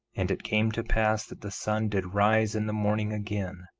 and it came to pass that the sun did rise in the morning again,